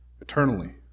eternally